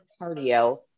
cardio